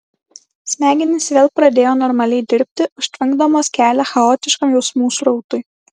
smegenys vėl pradėjo normaliai dirbti užtvenkdamos kelią chaotiškam jausmų srautui